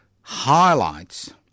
highlights